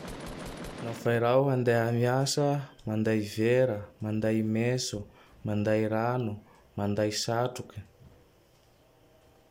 Nao fa i raho handea miasa: manday vera, manday meso, manday rano, manday saotroke.